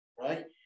right